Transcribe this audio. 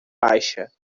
baixa